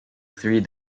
three